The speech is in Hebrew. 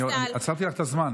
עצרתי לך את הזמן.